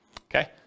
Okay